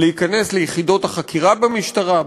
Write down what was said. להיכנס ליחידות החקירה במשטרה.